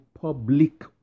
public